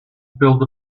build